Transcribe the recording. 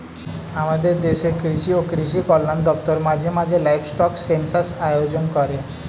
আমাদের দেশের কৃষি ও কৃষি কল্যাণ দপ্তর মাঝে মাঝে লাইভস্টক সেন্সাস আয়োজন করেন